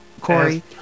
Corey